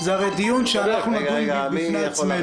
זה הרי דיון שאנחנו נדון בו בפני עצמנו.